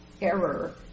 error